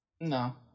No